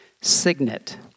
signet